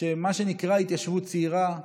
שמה שנקרא "התיישבות צעירה"